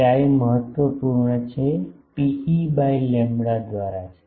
chi મહત્વપૂર્ણ છે ρe by lambda દ્વારા છે